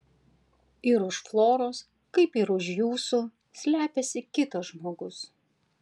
ir už floros kaip ir už jūsų slepiasi kitas žmogus